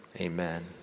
amen